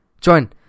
join